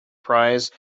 prize